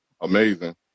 amazing